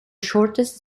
shortest